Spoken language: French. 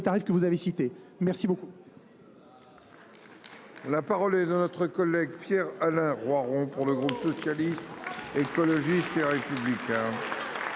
La parole est à M. Pierre Alain Roiron, pour le groupe Socialiste, Écologiste et Républicain.